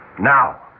Now